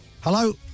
hello